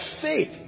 faith